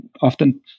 often